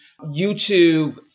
YouTube